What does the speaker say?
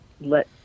let